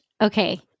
Okay